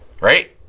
right